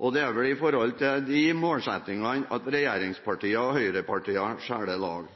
Det er vel med tanke på disse målsettingene at regjeringspartiene og høyrepartiene skiller lag.